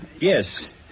Yes